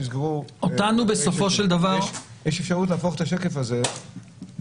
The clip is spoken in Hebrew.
יש אפשרות להפוך את השקף הזה לעוד